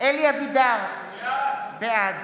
אלי אבידר, בעד